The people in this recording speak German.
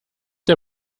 der